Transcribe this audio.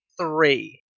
three